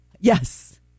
Yes